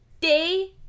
Day